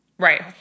Right